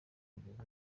kugeza